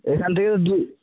এখান থেকে